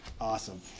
Awesome